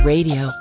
Radio